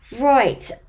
Right